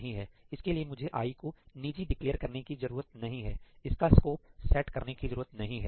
इसलिए मुझे आई को निजी डिक्लेअर करने की जरूरत नहीं है इसका स्कोप सेट करने की जरूरत नहीं है